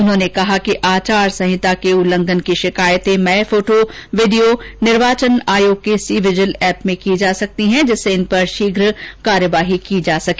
उन्होंने कहा कि आचार संहिता के उल्लंघन की शिकायतें मय फोटो वीडियो आदि निर्वाचन आयोग के सी विजिल एप में की जा सकती है जिससे इन पर शीघ्र कार्यवाही की जा सके